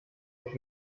avec